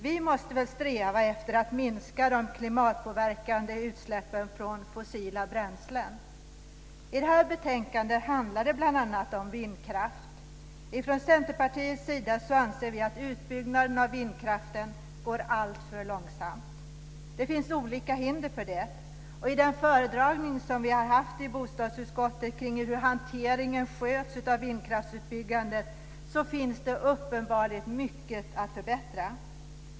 Vi måste väl sträva efter att minska de klimatpåverkande utsläppen från fossila bränslen? Det här betänkandet handlar bl.a. om vindkraft. Vi från Centerpartiet anser att utbyggnaden av vindkraften går alltför långsamt. Det finns olika hinder. Och i den föredragning som vi har haft i bostadsutskottet om hur hanteringen av vindkraftsutbyggandet sköts så finns det uppenbarligen mycket att förbättra.